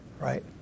right